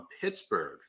Pittsburgh